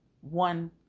one